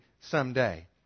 someday